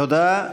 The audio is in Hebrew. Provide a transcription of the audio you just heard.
תודה.